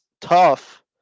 tough